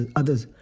others